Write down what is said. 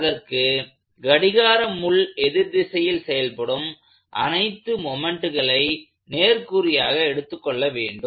அதற்கு கடிகார முள் எதிர்திசையில் செயல்படும் அனைத்து மொமெண்ட்களை நேர்குறியாக எடுத்துக் கொள்ள வேண்டும்